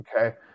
Okay